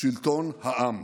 שלטון העם.